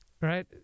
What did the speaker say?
right